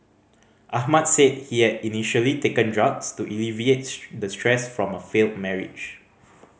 Ahmad said he had initially taken drugs to alleviate the stress from a failed marriage